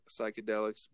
psychedelics